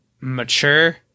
mature